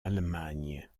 allemagne